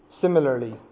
Similarly